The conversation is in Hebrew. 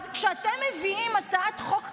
אז כשאתם מביאים הצעת חוק כזאת,